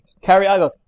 Carriagos